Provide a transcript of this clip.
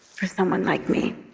for someone like me?